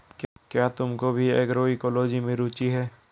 क्या तुमको भी एग्रोइकोलॉजी में रुचि है?